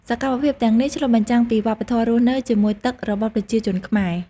សកម្មភាពទាំងនេះឆ្លុះបញ្ចាំងពីវប្បធម៌រស់នៅជាមួយទឹករបស់ប្រជាជនខ្មែរ។